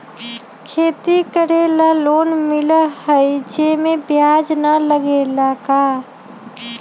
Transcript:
खेती करे ला लोन मिलहई जे में ब्याज न लगेला का?